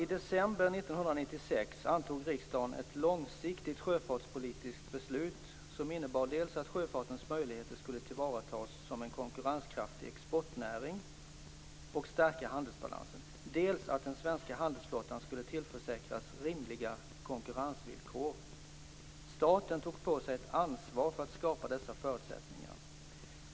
I december 1996 antog riksdagen ett långsiktigt sjöfartspolitiskt beslut som innebar dels att sjöfartens möjligheter skulle tillvaratas som en konkurrenskraftig exportnäring för att stärka handelsbalansen, dels att den svenska handelsflottan skulle tillförsäkras rimliga konkurrensvillkor. Staten tog på sig ett ansvar för att skapa dessa förutsättningar.